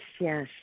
yes